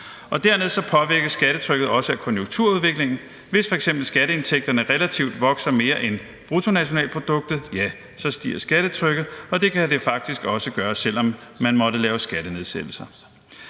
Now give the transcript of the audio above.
Dernæst påvirkes skattetrykket også af konjunkturudviklingen. Hvis f.eks. skatteindtægterne relativt vokser mere end bruttonationalproduktet, ja, så stiger skattetrykket, og det kan det faktisk også gøre, selv om man måtte lave skattenedsættelser.